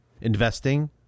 Investing